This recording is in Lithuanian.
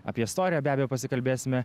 apie istoriją be abejo pasikalbėsime